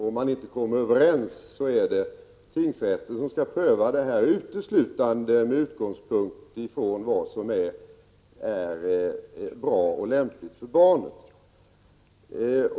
Om de inte kommer överens är det tingsrätten som skall pröva frågan om umgänge, uteslutande med utgångspunkt i vad som är bra och lämpligt för barnet.